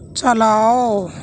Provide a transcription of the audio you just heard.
چلاؤ